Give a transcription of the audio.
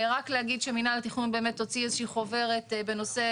רק להגיד שמינהל התכנון באמת הוציא חוברת בנושא